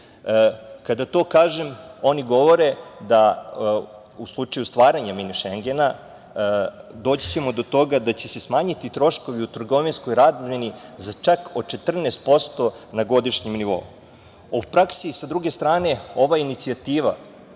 Kada to kažem, oni govore da u slučaju stvaranja mini šengena doći ćemo do toga da će se smanjiti troškovi i u trgovinskoj razmeni za čak 14% na godišnjem nivou.U praksi, sa druge strane, ova inicijativa